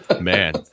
man